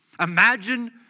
Imagine